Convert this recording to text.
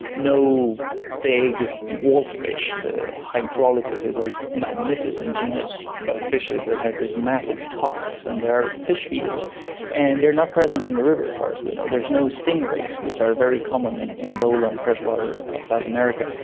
no big wolf fish. the hydrolucus is a magnificent genus of fishes that has these massive tusks and they're fish feeders and they're not present in the river as far as we know. there are no stingrays, which are very common in in lowland freshwater of south america.